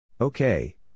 Okay